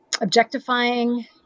objectifying